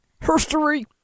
History